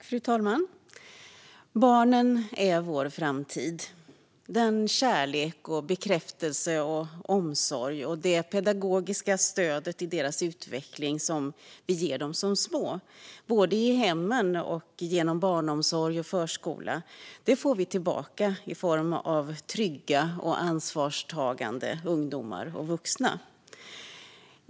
Fru talman! Barnen är vår framtid. Den kärlek, bekräftelse och omsorg och det pedagogiska stödet i deras utveckling som vi ger dem som små, både i hemmen och genom barnomsorg och förskola, det får vi tillbaka i form av trygga och ansvarstagande ungdomar och vuxna.